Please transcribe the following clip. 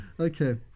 Okay